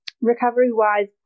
recovery-wise